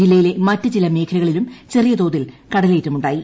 ജില്ലയിലെ മറ്റ് ചില മേഖലകളിലും ചെറിയ തോതിൽ കടലേറ്റം ഉണ്ടായി